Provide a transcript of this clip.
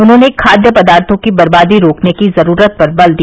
उन्होंने खाद्य पदार्थों की बबदी रोकने की ज़रूरत पर बल दिया